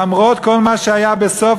למרות כל מה שהיה בסוף,